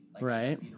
right